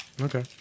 Okay